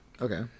Okay